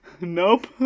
Nope